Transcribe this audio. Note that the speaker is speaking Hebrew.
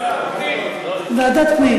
ועדת פנים.